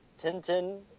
tintin